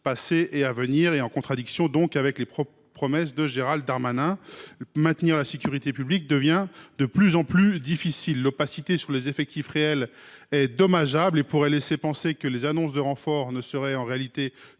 passées et à venir, en contradiction avec les promesses de Gérald Darmanin. Maintenir la sécurité publique devient de plus en plus difficile. L’opacité sur les effectifs réels est dommageable et pourrait laisser à penser que les renforts annoncés ne seraient en réalité